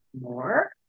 more